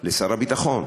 לשר הביטחון,